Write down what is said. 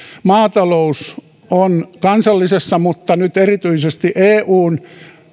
maatalous on kansallisessa mutta nyt erityisesti eun